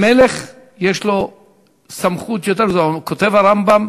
המלך, יש לו סמכות יותר, כותב הרמב"ם